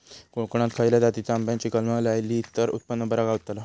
कोकणात खसल्या जातीच्या आंब्याची कलमा लायली तर उत्पन बरा गावताला?